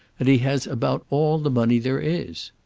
and he has about all the money there is.